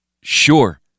Sure